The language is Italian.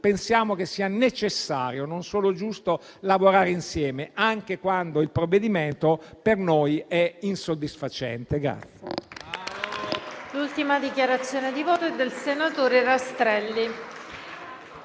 pensiamo che sia necessario (non solo giusto) lavorare insieme, anche quando il provvedimento per noi è insoddisfacente.